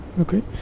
okay